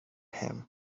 him